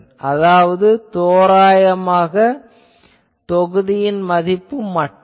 அதாவது தோராயமாக தொகுதியின் மட்டும்